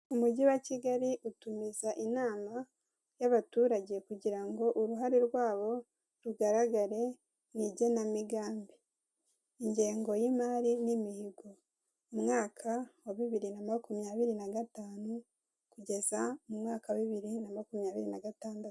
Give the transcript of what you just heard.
Umujyi wa Kigali utumiza inama y'abaturage kugira ngo uruhare rwabo rugaragare mu igenamigambi, ingengo y'imari n'imihigo umwaka wa bibiri na makumyabiri na gatanu kugeza mu mwaka wa bibiri na makumyabiri na gatandatu.